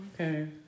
Okay